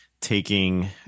taking